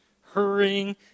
hurrying